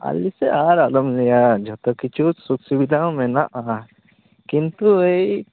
ᱟᱹᱞᱤᱧᱥᱮ ᱟᱨ ᱟᱞᱚᱢ ᱞᱟ ᱭᱟ ᱡᱚᱛᱚ ᱠᱤᱪᱷᱩ ᱥᱩᱠ ᱥᱩᱵᱤᱫᱷᱟ ᱦᱚᱸ ᱢᱮᱱᱟᱜ ᱟ ᱠᱤᱱᱛᱩ ᱮᱭ